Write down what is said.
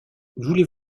voulez